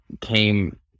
came